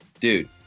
dude